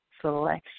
selection